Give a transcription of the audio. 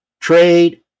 Trade